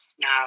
now